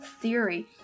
Theory